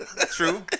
true